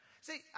See